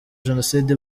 jenoside